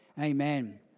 amen